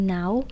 now